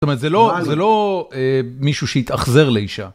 זאת אומרת זה לא מישהו שהתאכזר לאישה.